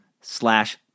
slash